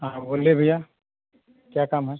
हाँ बोलिए भइया क्या काम है